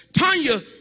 Tanya